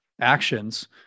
actions